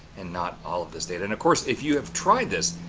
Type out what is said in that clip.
and not all of this data and of course if you have tried this.